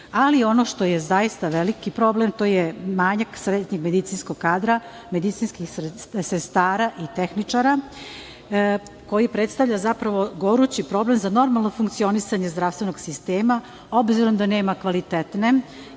ali ono što je zaista veliki problem, to je manjak srednjeg medicinskog kadra, medicinskih sestara i tehničara, koji predstavlja zapravo gorući problem za normalno funkcionisanja zdravstvenog sistema, s obzirom da nema kvalitetne